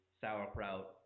sauerkraut